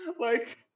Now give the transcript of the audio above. like-